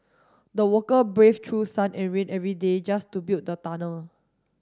the worker brave through sun and rain every day just to build the tunnel